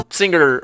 singer